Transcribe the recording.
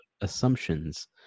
assumptions